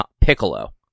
Piccolo